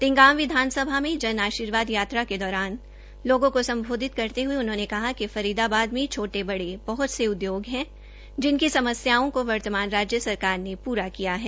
तिगांव विधानसभा में जन आर्शीवाद यात्रा के दौरान उपस्थित लोगों को संबोधित करते हए उन्होंने कहा कि फरीदाबाद में छोटे बड़े बहत से उदयोग हैं जिनकी समस्याओं को वर्तमान राज्य सरकार ने पूरा किया है